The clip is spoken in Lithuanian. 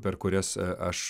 per kurias aš